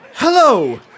Hello